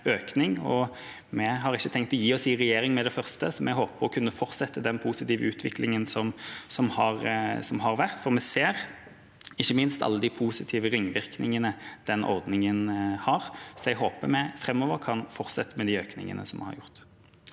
vi har ikke tenkt å gi oss i regjering med det første, så vi håper på å kunne fortsette den positive utviklingen som har vært. Vi ser ikke minst alle de positive ringvirkningene den ordningen har, så jeg håper vi framover kan fortsette med de økningene vi har gjort.